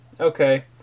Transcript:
Okay